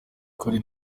kuri